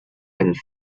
and